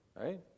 right